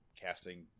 casting